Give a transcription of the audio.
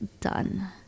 done